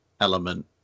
element